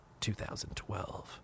2012